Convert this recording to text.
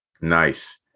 Nice